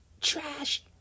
trash